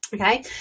okay